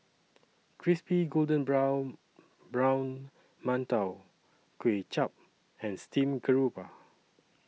Crispy Golden Brown Brown mantou Kuay Chap and Steamed Garoupa